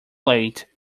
late